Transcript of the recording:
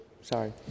Sorry